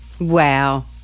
Wow